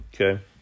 okay